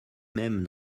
même